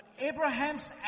Abraham's